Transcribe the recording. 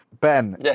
Ben